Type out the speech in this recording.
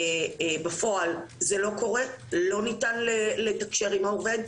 בפועל זה לא קורה, לא ניתן לתקשר עם העובד,